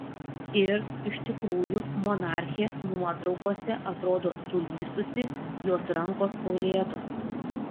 ir iš tikrųjų monarchė nuotraukose atrodo sulysusi jos rankos kaulėtos